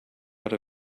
oder